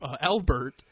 Albert